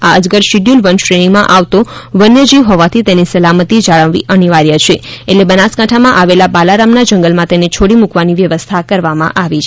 આ અજગર શિડ્યુલ વનશ્રેણીમાં આવતો વન્ય જીવ હોવાથી તેની સલામતી જાળવવી અનિવાર્ય છે એટલે બનાસકાંઠામાં આવેલા બાલારામના જંગલમાં તેને છોડી મૂકવાની વ્યવસ્થા કરવામાં આવી છે